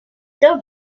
still